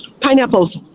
Pineapples